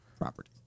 property